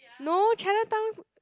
no Chinatown